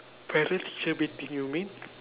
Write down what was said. parent teacher meeting you mean